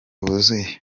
wuzuye